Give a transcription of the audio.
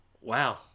Wow